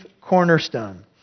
cornerstone